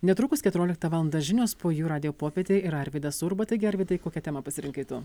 netrukus keturioliktą valandą žinios po jų radijo popietė ir arvydas urba taigi arvydai kokią temą pasirinkai tu